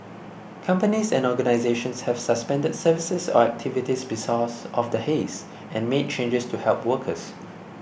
companies and organisations have suspended services or activities of the haze and made changes to help workers